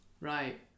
Right